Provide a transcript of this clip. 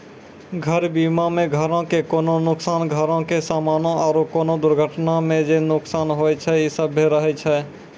घर बीमा मे घरो के कोनो नुकसान, घरो के समानो आरु कोनो दुर्घटना मे जे नुकसान होय छै इ सभ्भे रहै छै